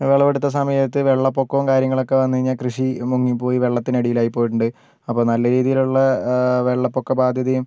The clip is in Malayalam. വിളവെടുത്ത സമയത്ത് വെള്ളപൊക്കവും കാര്യങ്ങൾ ഒക്കെ വന്ന് കഴിഞ്ഞാൽ കൃഷി മുങ്ങി പോയി വെള്ളത്തിനടിയിൽ ആയി പോയിട്ടുണ്ട് അപ്പോൾ നല്ല രീതിയിൽ ഉള്ള വെള്ള പൊക്ക ബാധ്യതയും